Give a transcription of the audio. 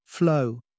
Flow